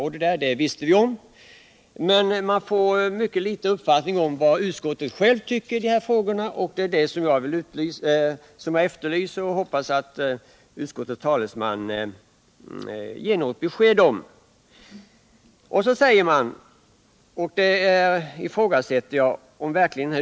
Det där kände vi till, men man får veta mycket litet om vad utskottet självt tycker i de här frågorna. Det är emellertid utskottets egen uppfattning jag efterlyser, och jag hoppas att utskottets talesman vill ge besked om denna.